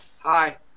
Hi